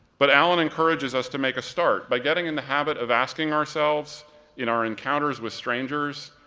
but allen encourages us to make a start by getting in the habit of asking ourselves in our encounters with strangers,